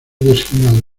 designado